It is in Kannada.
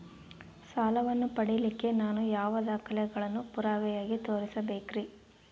ಸಾಲವನ್ನು ಪಡಿಲಿಕ್ಕೆ ನಾನು ಯಾವ ದಾಖಲೆಗಳನ್ನು ಪುರಾವೆಯಾಗಿ ತೋರಿಸಬೇಕ್ರಿ?